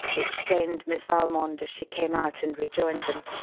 explained miss valmond, as she came out and rejoined them.